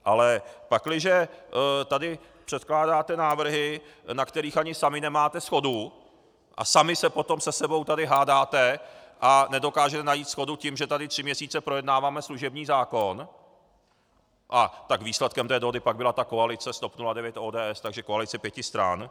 Ale pakliže tady předkládáte návrhy, na kterých ani sami nemáte shodu a sami se potom se sebou tady hádáte a nedokážete najít shodu tím, že tady tři měsíce projednáváme služební zákon, tak výsledkem té dohody pak byla koalice s TOP 09, ODS, takže koalice pěti stran.